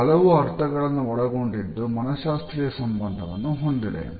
ಇದು ಹಲವು ಅರ್ಥಗಳನ್ನು ಒಳಗೊಂಡಿದ್ದು ಮನಃಶಾಸ್ತ್ರೀಯ ಸಂಬಂಧವನ್ನು ಹೊಂದಿದೆ